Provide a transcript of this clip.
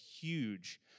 huge